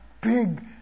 big